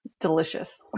delicious